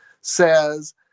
says